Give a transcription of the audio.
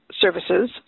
services